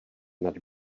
nad